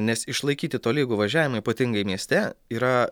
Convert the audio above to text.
nes išlaikyti tolygų važiavimą ypatingai mieste yra